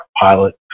pilot